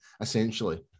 essentially